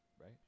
Right